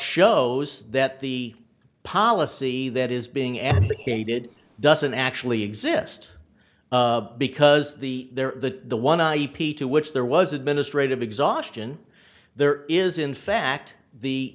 shows that the policy that is being advocated doesn't actually exist because the there the one ip to which there was administrative exhaustion there is in fact the